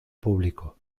público